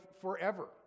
forever